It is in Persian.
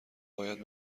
باید